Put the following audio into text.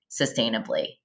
sustainably